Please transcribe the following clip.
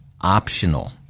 optional